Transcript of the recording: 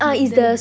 is the